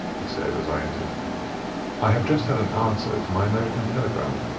he said, as i entered i have just had an answer to my american telegram.